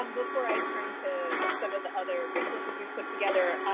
um before i turn to some of the other resources we've put together,